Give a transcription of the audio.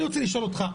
נו.